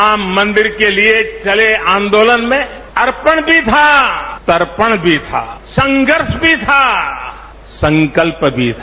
राम मंदिर के लिए चले आंदोलन में अर्पण भी था तर्पण भी था संघर्ष भी था संकल्प भी था